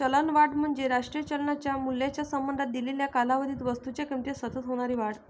चलनवाढ म्हणजे राष्ट्रीय चलनाच्या मूल्याच्या संबंधात दिलेल्या कालावधीत वस्तूंच्या किमतीत सतत होणारी वाढ